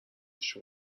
پیش